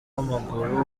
w’amaguru